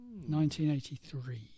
1983